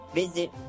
visit